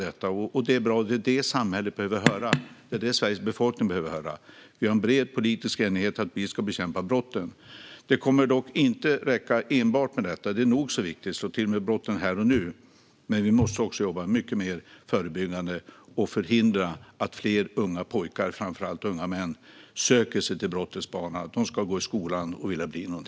Detta är bra. Det är detta som samhället behöver höra. Det är detta som Sveriges befolkning behöver höra. Vi har en bred politisk enighet kring att vi ska bekämpa brotten. Det kommer dock inte att räcka enbart med detta. Det är nog så viktigt att slå till mot brotten här och nu, men vi måste också jobba mycket mer förebyggande och förhindra att fler unga pojkar och framför allt unga män söker sig till brottets bana. De ska gå i skolan och vilja bli något.